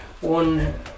one